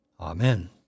Amen